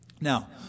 Now